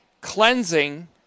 cleansing